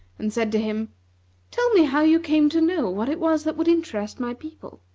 and said to him tell me how you came to know what it was that would interest my people.